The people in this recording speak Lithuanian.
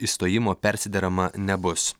išstojimo persiderama nebus